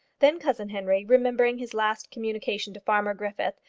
then cousin henry, remembering his last communication to farmer griffith,